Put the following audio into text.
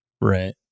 Right